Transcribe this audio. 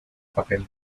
papel